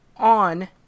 on